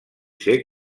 ser